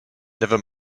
never